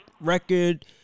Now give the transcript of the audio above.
record